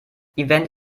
event